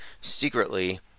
secretly